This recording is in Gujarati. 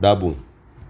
ડાબું